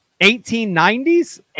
1890s